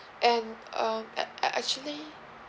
and um ac~ ac~ actually